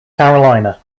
carolina